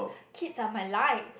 kids are my life